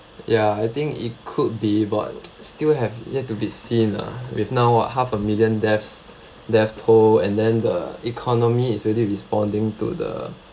ya I think it could be but still have yet to be seen uh with now what half a million deaths death toll and then the economy is already responding to the